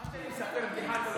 עד שאני מספר בדיחה אתה לא שומע.